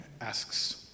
asks